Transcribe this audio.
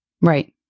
Right